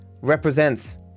represents